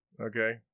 Okay